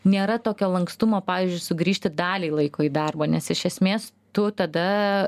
nėra tokio lankstumo pavyzdžiui sugrįžti daliai laiko į darbą nes iš esmės tu tada